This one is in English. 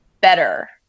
better